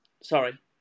sorry